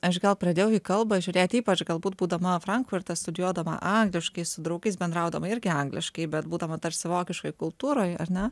aš gal pradėjau į kalbą žiūrėt ypač galbūt būdama frankfurte studijuodama angliškai su draugais bendraudama irgi angliškai bet būdama tarsi vokiškoj kultūroj ar ne